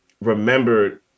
remembered